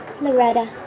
Loretta